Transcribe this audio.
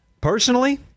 Personally